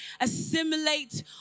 assimilate